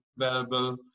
available